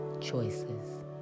choices